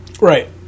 Right